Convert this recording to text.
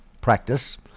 practice